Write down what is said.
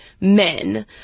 men